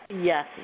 Yes